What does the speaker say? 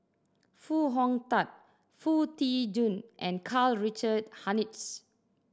Foo Hong Tatt Foo Tee Jun and Karl Richard Hanitsch